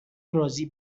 راضی